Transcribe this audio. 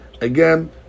again